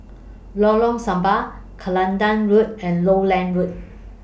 Lorong Samak Kelantan Road and Lowland Road